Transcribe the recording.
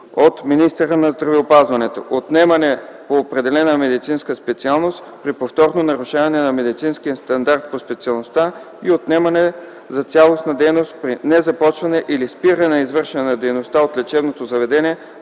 от министъра на здравеопазването – отнемане по определена медицинска специалност при повторно нарушаване на медицинския стандарт по специалността и отнемане за цялостна дейност при незапочването или спирането на извършването на дейност от лечебното заведение